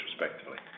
respectively